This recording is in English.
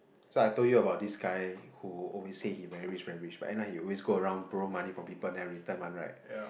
so I told you about this guy who always said he very rich very rich but end up he always go around borrow money from people never return one right